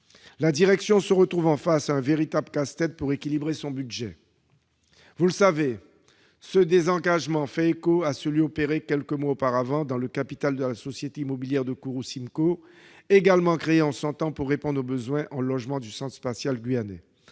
la direction se retrouvant face à un véritable casse-tête pour équilibrer son budget. Vous le savez, ce désengagement fait suite à celui qui a été opéré, quelques mois plus tôt, dans le capital de la Société immobilière de Kourou, la SIMKO, également créée en son temps pour répondre aux besoins en logements du Centre spatial guyanais.